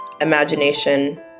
imagination